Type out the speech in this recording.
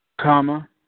Comma